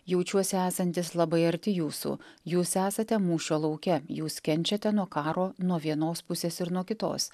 jaučiuosi esantis labai arti jūsų jūs esate mūšio lauke jūs kenčiate nuo karo nuo vienos pusės ir nuo kitos